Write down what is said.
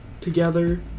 together